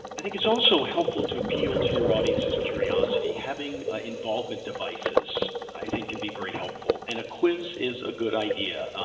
i think it's also helpful to appeal to your audience's curiosity. having ah involvement devices i think can be very helpful. and a quiz is a good idea.